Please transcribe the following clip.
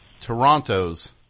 Toronto's